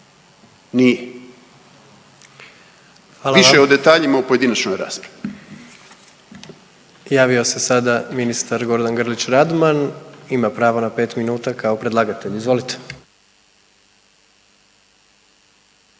vam./… Više o detaljima u pojedinačnoj raspravi.